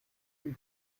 plus